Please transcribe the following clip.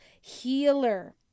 healer